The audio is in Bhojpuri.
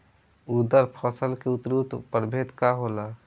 उरद फसल के उन्नत प्रभेद का होला?